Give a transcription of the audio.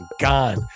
gone